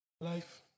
life